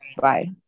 bye